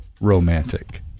romantic